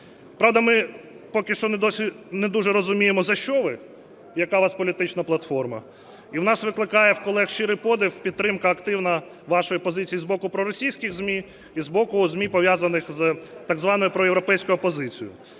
Правда, ми поки що не дуже розуміємо за що ви, яка у вас політична платформа. І в нас викликає, в колег, щирий подив підтримка активна вашої позиції з боку проросійських ЗМІ і з боку ЗМІ, пов'язаних з так званою проєвропейською опозицією.